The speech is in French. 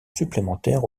supplémentaire